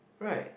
right